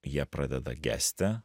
jie pradeda gesti